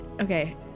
okay